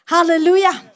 Hallelujah